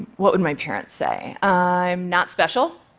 what would my parents say? i'm not special.